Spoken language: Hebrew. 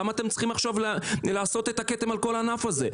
למה אתם צריכים עכשיו לעשות את הכתם על כל הענף הזה?